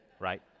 right